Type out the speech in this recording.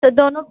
तो दोनों